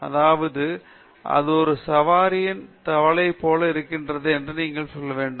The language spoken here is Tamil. அதாவது அது ஒரு நல்ல சவாரியில் தவளை போலிருக்கிறது நீங்கள் வகையான உலக காட்சி வேண்டும்